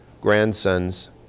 grandsons